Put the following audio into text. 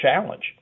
challenge